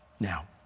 Now